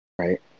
right